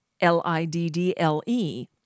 L-I-D-D-L-E